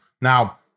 Now